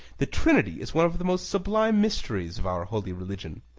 the trinity is one of the most sublime mysteries of our holy religion.